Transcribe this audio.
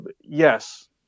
yes